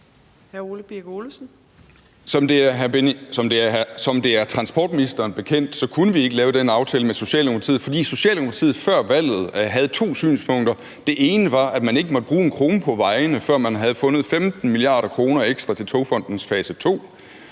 Som det er transportministeren bekendt, kunne vi ikke lave den aftale med Socialdemokratiet, fordi Socialdemokratiet før valget havde to synspunkter. Det ene var, at man ikke måtte bruge en krone på vejene, før man havde fundet 15 mia. kr. ekstra til Togfonden DK's fase